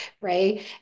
Right